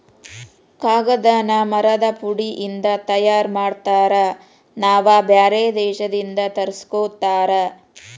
ಕಾಗದಾನ ಮರದ ಪುಡಿ ಇಂದ ತಯಾರ ಮಾಡ್ತಾರ ನಾವ ಬ್ಯಾರೆ ದೇಶದಿಂದ ತರಸ್ಕೊತಾರ